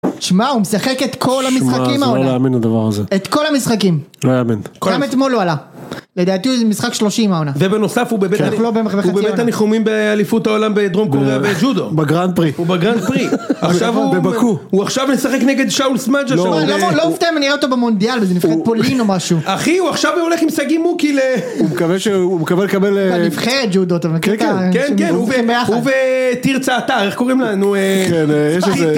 שמע הוא משחק את כל המשחקים העולם. זה לא להאמין הדבר הזה. את כל המשחקים. לא יאמן. כמה אתמול לא עלה? לדעתי זה משחק שלושים העונה. ובנוסף הוא בבית הניחומים באליפות העולם בדרום קוריאה בג'ודו. בגרנד פרי. הוא בגרנד פרי. עכשיו הוא. הוא עכשיו משחק נגד שאול סמאג'ה. לא אופתע אם אני רואה אותו במונדיאל, זה נגד פולין או משהו. אחי הוא עכשיו הולך עם סגי מוקי. הוא מקווה לקבל. בנבחרת ג׳ודו אתה מכיר.. כן כן. הוא ותרצה אתר.. איך קוראים לה? נו איך..